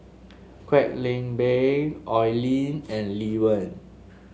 Kwek Leng Beng Oi Lin and Lee Wen